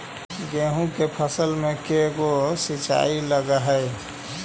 गेहूं के फसल मे के गो सिंचाई लग हय?